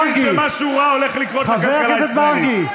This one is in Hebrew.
אני מבין שמשהו רע הולך לקרות לכלכלה הישראלית.